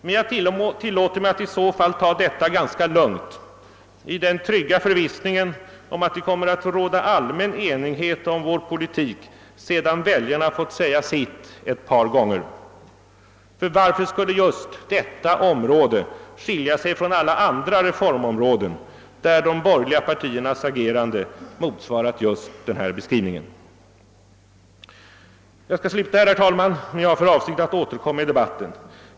Men jag tillåter mig att i så fall ta detta ganska lugnt i den trygga förvissningen om att det kommer att råda allmän enighet om vår politik, sedan väljarna fått säga sitt ett par gånger. För varför skulle just detta område skilja sig från alla andra reformområden, där de borgerliga partiernas agerande motsvarat just denna beskrivning? Jag skall sluta här, men jag har för avsikt att återkomma i debatten.